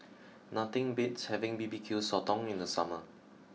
nothing beats having B B Q Sotong in the summer